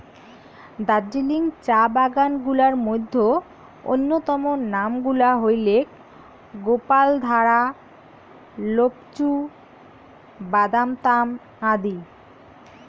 দার্জিলিং চা বাগান গুলার মইধ্যে অইন্যতম নাম গুলা হইলেক গোপালধারা, লোপচু, বাদামতাম আদি